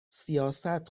سیاست